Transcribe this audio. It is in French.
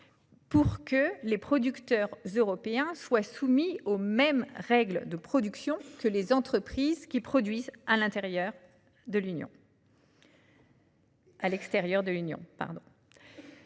pour que les producteurs européens soient soumis aux mêmes règles de production que les entreprises qui produisent à l'extérieur de l'Union